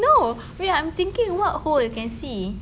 no wait I'm thinking what hole can see